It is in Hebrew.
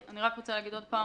אני רק רוצה להגיד עוד פעם,